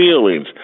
feelings